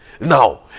now